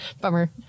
Bummer